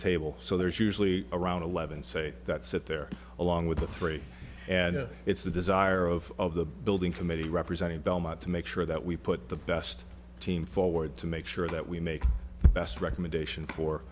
table so there's usually around eleven say that sit there along with the three and it's the desire of the building committee representing belmont to make sure that we put the best team forward to make sure that we make the best recommendation for